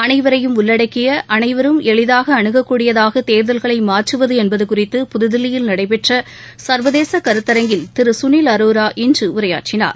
அனைவரையும் உள்ளடக்கிய அனைவரும் எளிதாக அணுகக் கூடியதாக தோதல்களை மாற்றுவது என்பது குறித்து புதுதில்லியில் நடைபெற்ற சா்வதேச கருத்தரங்கில் திரு சுனில் அரோரா இன்று உரையாற்றினார்